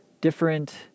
different